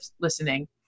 listening